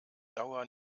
dauer